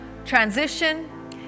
Transition